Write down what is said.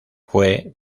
fue